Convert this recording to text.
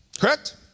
Correct